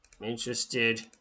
Interested